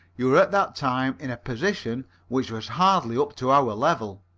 you were at that time in a position which was hardly up to our level.